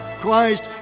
Christ